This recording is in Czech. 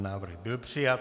Návrh byl přijat.